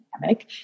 dynamic